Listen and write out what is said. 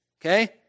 okay